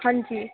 ہاں جی